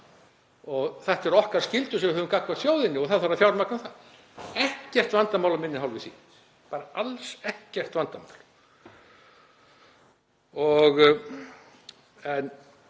og þetta eru okkar skyldur sem við höfum gagnvart þjóðinni og það þarf að fjármagna það, það er ekkert vandamál af minni hálfu í því, bara alls ekkert vandamál. En